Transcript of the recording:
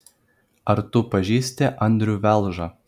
ar tu pažįsti andrių velžą